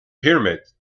pyramids